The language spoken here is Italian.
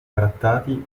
trattati